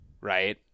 right